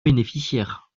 bénéficiaire